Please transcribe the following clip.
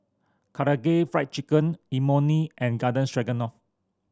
Karaage Fried Chicken Imoni and Garden Stroganoff